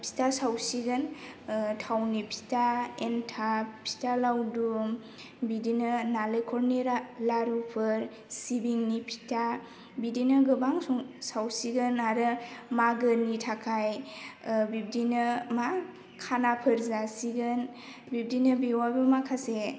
फिथा सावसिगोन थावनि फिथा एन्थाब फिथा लावदुम बिदिनो नालेंखरनि रा लारुफोर सिबिंनि फिथा बिदिनो गोबां सं सावसिगोन आरो मागोनि थाखाय बिब्दिनो मा खानाफोर जासिगोन बिदिनो बेवहायबो माखासे